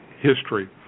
history